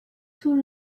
too